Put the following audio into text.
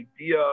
idea